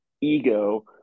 ego